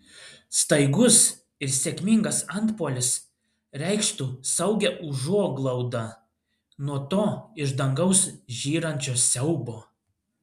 staigus ir sėkmingas antpuolis reikštų saugią užuoglaudą nuo to iš dangaus žyrančio siaubo